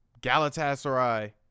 Galatasaray